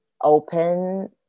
open